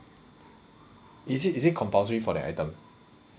is it is it compulsory for that item